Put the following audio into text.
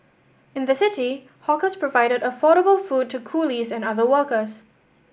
in the city hawkers provided affordable food to coolies and other workers